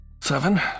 Seven